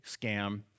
scam